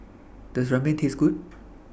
Does Ramen Taste Good